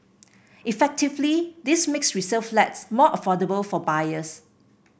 effectively this makes resale flats more affordable for buyers